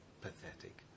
pathetic